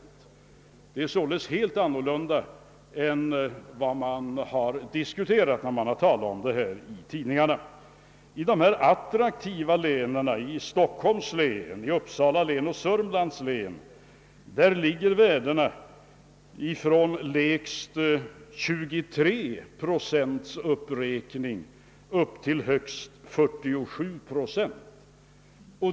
Det är således någonting helt annat än vad som diskuterats i tidningarna. I de attraktiva länen — Stockholms län, Uppsala län och Södermanlands län — ligger värdena mellan lägst 23 procent och högst 47 procent.